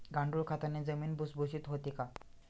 गांडूळ खताने जमीन भुसभुशीत होते का?